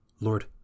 Lord